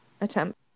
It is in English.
attempt